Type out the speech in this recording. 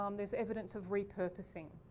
um there's evidence of re-purposing.